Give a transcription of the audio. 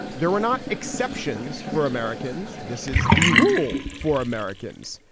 there were not exceptions for americans. this is the rule for americans.